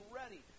ready